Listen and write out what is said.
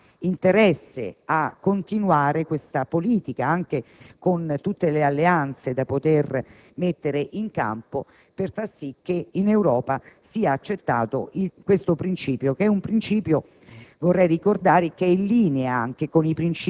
il nostro Paese ovviamente ha interesse a continuare questa politica anche con tutte le alleanze da poter mettere in campo per far sì che in Europa sia accettato questo principio, che è linea